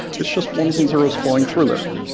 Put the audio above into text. it's just ones and zeroes flying through there.